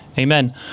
Amen